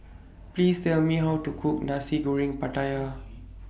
Please Tell Me How to Cook Nasi Goreng Pattaya